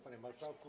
Panie Marszałku!